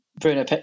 Bruno